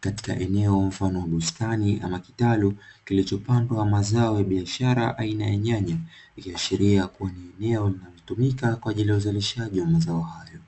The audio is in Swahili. katika eneo mfano wa bustani ama kitalu kilichopandwa mazao ya biashara aina ya nyanya, ikiashiria kua ni eneo linalotumika kwa ajili ya uzalishaji wa mazao hayo.